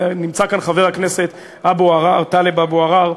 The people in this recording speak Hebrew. נמצא כאן חבר הכנסת טלב אבו עראר,